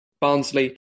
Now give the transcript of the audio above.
Barnsley